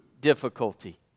difficulty